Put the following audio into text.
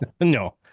No